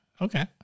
Okay